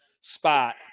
spot